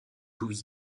louis